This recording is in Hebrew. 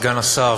סגן השר,